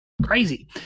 Crazy